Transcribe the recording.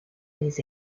les